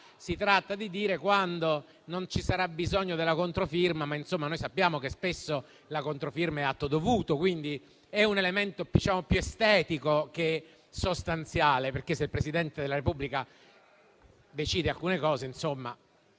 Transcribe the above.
si tratta di decidere quando non ci sarà bisogno della controfirma, ma noi sappiamo che spesso la controfirma è atto dovuto. Quindi, è un elemento più estetico che sostanziale. Se, infatti, il Presidente della Repubblica decide alcune cose, in